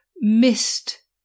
missed